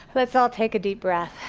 let's all take a deep breath.